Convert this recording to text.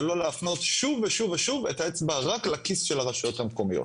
ולא להפנות שוב ושוב את האצבע רק לכיס של הרשויות המקומיות.